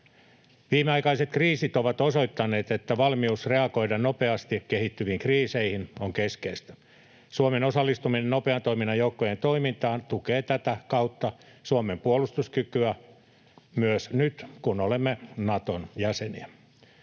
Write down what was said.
Viimeaikaiset kriisit ovat osoittaneet, että valmius reagoida nopeasti kehittyviin kriiseihin on keskeistä. Suomen osallistuminen nopean toiminnan joukkojen toimintaan tukee tätä kautta Suomen puolustuskykyä myös nyt kun olemme Naton jäseniä.